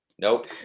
Nope